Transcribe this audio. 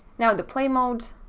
now the play mode,